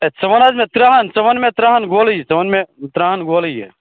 ہے ژٕ وَن حظ مےٚ ترٛہَن ژٕ وَن مےٚ ترٛہَن گولٲیی ژٕ وَن مےٚ ترٛہَن گولٲیی